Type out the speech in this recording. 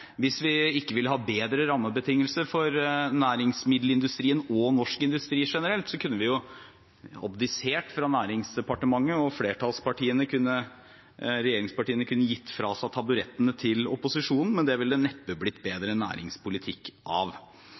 Hvis vi ikke ville ha bedre rammebetingelser for næringsmiddelindustrien og norsk industri generelt, kunne vi jo abdisert fra Nærings- og fiskeridepartementet, og regjeringspartiene kunne gitt fra seg taburettene til opposisjonen. Men det ville det neppe blitt bedre næringspolitikk av.